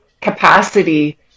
capacity